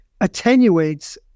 attenuates